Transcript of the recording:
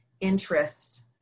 interest